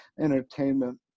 entertainment